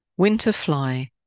Winterfly